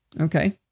okay